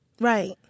Right